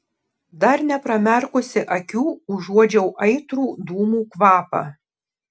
dar nepramerkusi akių užuodžiau aitrų dūmų kvapą